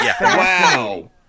Wow